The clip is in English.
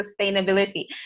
sustainability